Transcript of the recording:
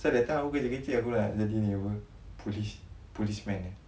that time aku kecik-kecik aku nak jadi ni apa polis policeman eh